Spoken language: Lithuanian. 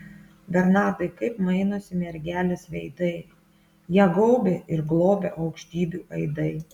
bernardai kaip mainosi mergelės veidai ją gaubia ir globia aukštybių aidai